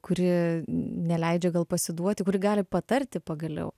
kuri neleidžia gal pasiduoti kuri gali patarti pagaliau